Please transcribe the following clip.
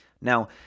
Now